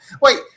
Wait